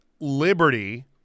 Liberty